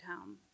home